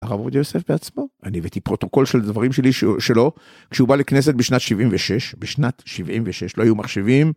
הרב עבוד יוסף בעצמו, אני הבאתי פרוטוקול של דברים שלו, כשהוא בא לכנסת בשנת 76, בשנת 76, לא היו מחשבים.